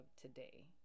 today